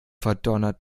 verdonnert